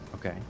Okay